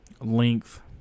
length